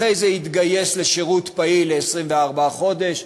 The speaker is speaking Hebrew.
אחרי זה יתגייס לשירות פעיל ל-24 חודש,